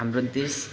हाम्रो देश